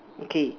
okay